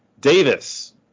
Davis